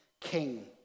king